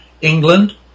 England